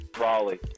raleigh